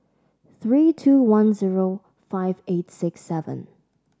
three two one zero five eight six seven